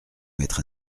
mettre